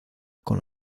con